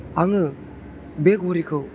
आङो बे घड़ीखौ